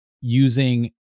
using